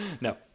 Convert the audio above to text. No